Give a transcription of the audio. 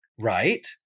right